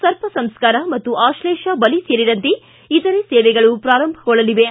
ಸರ್ಪಸಂಸ್ಥಾರ ಮತ್ತು ಆಕ್ಲೇಷ ಬಲಿ ಸೇರಿದಂತೆ ಇತರೆ ಸೇವೆಗಳು ಪ್ರಾರಂಭಗೊಳ್ಳಲಿವೆ